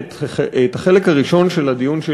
שהיה צריך לצאת לכמה דקות.